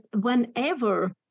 whenever